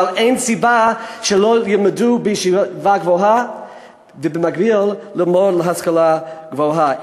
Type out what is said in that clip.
אבל אין סיבה שלא ילמדו בישיבה גבוהה ובמקביל ילמדו להשכלה גבוהה.